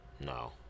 No